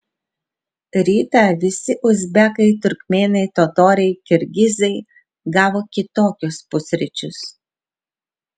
rytą visi uzbekai turkmėnai totoriai kirgizai gavo kitokius pusryčius